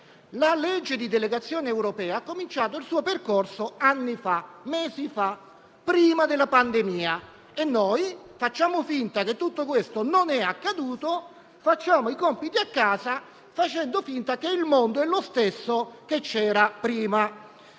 La legge di delegazione europea ha cominciato il suo percorso anni fa, mesi fa, prima della pandemia, e noi facciamo finta che tutto questo non sia accaduto; facciamo i compiti a casa, facendo finta che il mondo sia lo stesso che c'era prima.